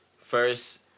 first